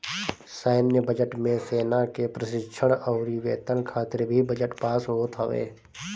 सैन्य बजट मे सेना के प्रशिक्षण अउरी वेतन खातिर भी बजट पास होत हवे